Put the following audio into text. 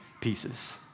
pieces